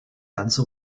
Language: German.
ganze